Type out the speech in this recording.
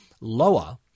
lower